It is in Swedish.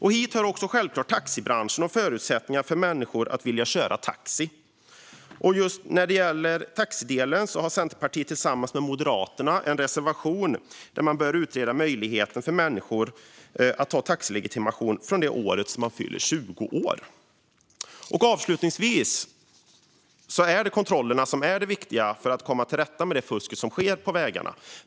Hit hör givetvis också taxibranschen och förutsättningarna för människor att vilja köra taxi. Centerpartiet har tillsammans med Moderaterna en reservation om att man bör utreda möjligheten för människor att ta taxilegitimation från det år man fyller 20. Det är kontrollerna som är det viktiga för att komma till rätta med det fusk som sker på vägarna.